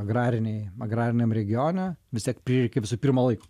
agrarinėj agrariniam regione vis tiek prireikė visur pirma lai